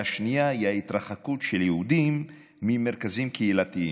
השנייה היא ההתרחקות של יהודים ממרכזים קהילתיים,